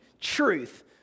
truth